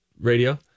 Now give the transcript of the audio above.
radio